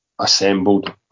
assembled